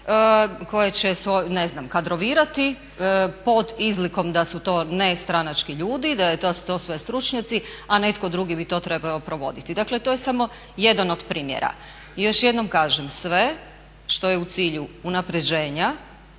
koja će ne znam kadrovirati pod izlikom da su to nestranački ljudi, da su to sve stručnjaci, a netko drugi bi to trebao provoditi. Dakle, to je samo jedan od primjera. I još jednom kažem sve što je u cilju unapređenja